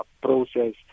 process